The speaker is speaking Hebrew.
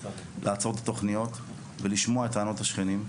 לעצור את התוכניות ולשמוע את טענות השכנים,